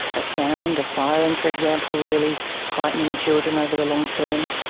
a sound, a siren for example really heightening children over the long term.